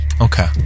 okay